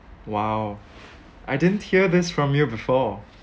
!wow! I didn't hear this from you before